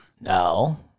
No